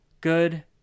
good